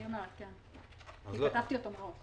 אני אומרת אותו כי כתבתי אותו מראש.